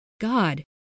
God